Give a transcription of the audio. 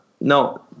no